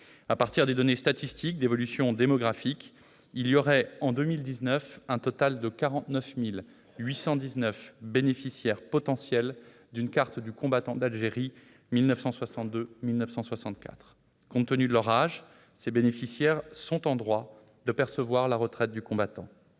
À partir des données statistiques d'évolution démographique, il y aurait, en 2019, un total de 49 819 bénéficiaires potentiels d'une carte du combattant d'Algérie 1962-1964. Compte tenu de leur âge, ces bénéficiaires sont en droit de percevoir la retraite du combattant.